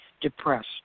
depressed